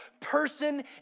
person